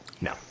No